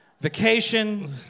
vacation